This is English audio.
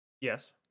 Yes